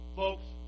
folks